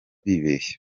bibeshye